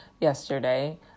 yesterday